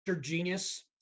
genius